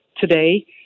today